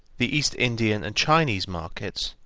the east-indian and chinese markets,